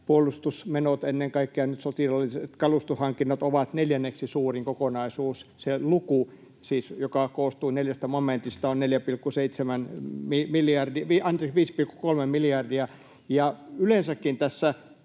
puolustusmenot, ennen kaikkea nyt sotilaalliset kalustohankinnat, ovat neljänneksi suurin kokonaisuus. Se luku, joka siis koostuu neljästä momentista, on 5,3 miljardia, ja yleensäkin tässä